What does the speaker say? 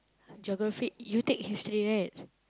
geography you take history right